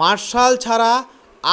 martial ছাড়া